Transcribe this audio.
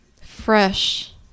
fresh